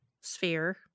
sphere